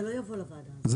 זה